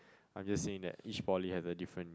I'm just saying that each poly have a different